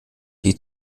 die